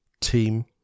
team